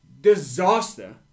Disaster